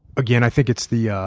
again, i think it's the yeah